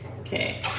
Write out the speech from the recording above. Okay